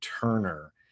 Turner